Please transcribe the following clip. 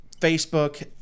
facebook